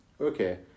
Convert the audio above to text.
Okay